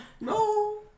No